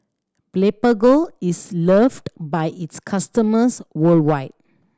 Blephagel is loved by its customers worldwide